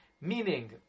Meaning